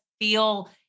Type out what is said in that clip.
feel